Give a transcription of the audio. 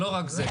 לא רק זה,